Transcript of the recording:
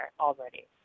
already